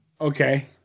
Okay